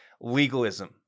legalism